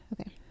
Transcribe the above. Okay